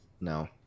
No